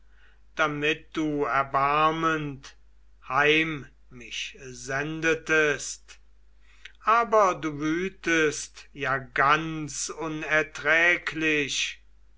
damit du erbarmend heim mich sendetest aber du wütest ja ganz unerträglich